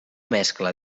mescla